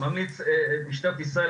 משטרת ישראל,